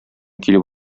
килеп